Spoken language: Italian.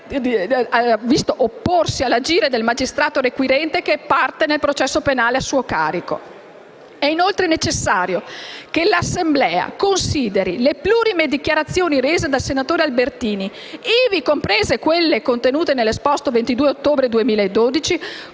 visto opporsi all'agire del magistrato requirente, che è parte nel processo penale a suo carico. È inoltre necessario che l'Assemblea consideri le plurime dichiarazioni rese dal senatore Albertini, ivi comprese quelle contenute nell'esposto del 22 ottobre 2012,